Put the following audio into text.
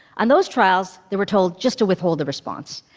on those trials they were told just to withhold the response.